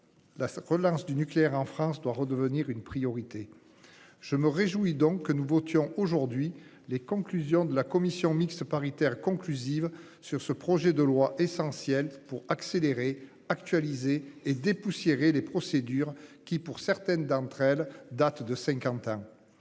La relance du nucléaire en France doit redevenir une priorité. Je me réjouis donc que nous votions aujourd'hui les conclusions de la commission mixte paritaire conclusive sur ce projet de loi essentielle pour accélérer actualisé et dépoussiérer les procédures qui pour certaines d'entre elles datent de